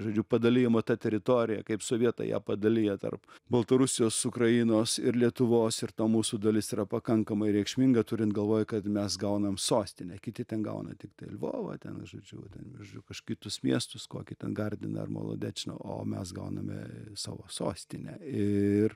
žodžiu padalijama ta teritorija kaip sovietai ją padalyja tarp baltarusijos ukrainos ir lietuvos ir to mūsų dalis yra pakankamai reikšminga turint galvoj kad mes gaunam sostinę kiti ten gauna tiktai lvovą ten žodžiu ten žodžiu kitus miestus kokį ten gardiną ar molodečną o mes gauname savo sostinę ir